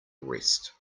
rest